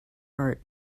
art